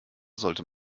sollte